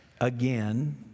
again